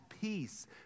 peace